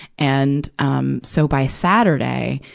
and, um, so by saturday,